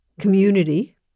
community